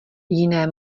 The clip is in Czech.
jiné